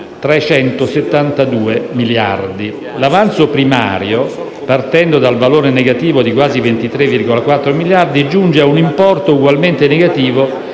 372 miliardi; l'avanzo primario, partendo dal valore negativo di quasi 23,4 miliardi, giunge a un importo ugualmente negativo